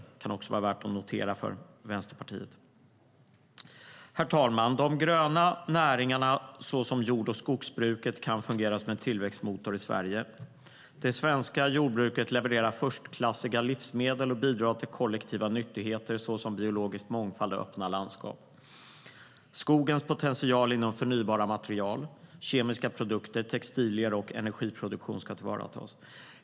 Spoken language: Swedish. Det kan också vara värt att notera för Vänsterpartiet.Skogens potential inom förnybara material, kemiska produkter, textilier och energiproduktion ska tillvaratas.